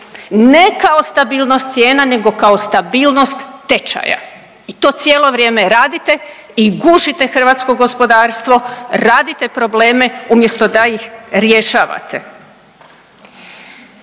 Ne kao stabilnost cijena nego kao stabilnost tečaja i to cijelo vrijeme radite i gušite hrvatsko gospodarstvo, radite probleme umjesto da ih rješavate.